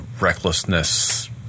recklessness